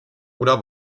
oder